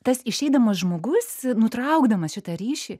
tas išeidamas žmogus nutraukdamas šitą ryšį